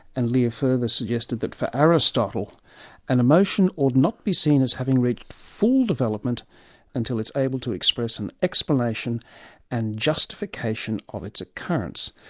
and lear further suggested that for aristotle an emotion would not be seen as having reached full development until it's able to express an explanation and justification of its occurrence.